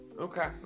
Okay